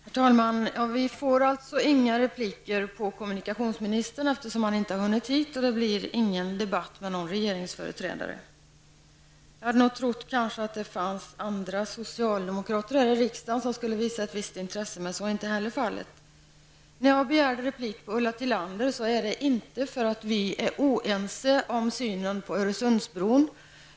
Herr talman! Vi får alltså inga repliker på kommunikationsministern, eftersom han inte har hunnit hit, och det blir heller inte någon debatt med någon regeringsföreträdare. Jag hade nog trott att andra socialdemokrater här i riksdagen skulle visa ett visst intresse för frågan, men så är inte heller fallet. Att jag begärde replik på Ulla Tillanders anförande beror inte på att vi är oense i fråga om Öresundsbron.